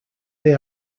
they